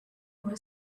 were